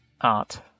art